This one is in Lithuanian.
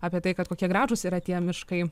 apie tai kad kokie gražūs yra tie miškai